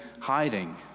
hiding